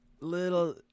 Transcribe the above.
little